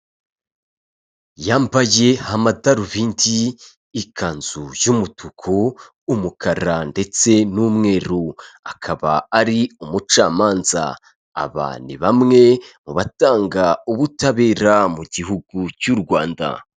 Yambaye amadarubindi, ikanzu y'umutuku, umukara ndetse n'umweru, akaba ari umucamanza. Aba ni bamwe mu batanga ubutabera mu gihugu cy'u Rwanda.